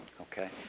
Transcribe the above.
Okay